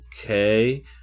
Okay